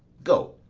go,